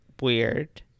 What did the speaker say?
weird